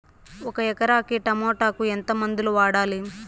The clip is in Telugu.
ఒక ఎకరాకి టమోటా కు ఎంత మందులు వాడాలి?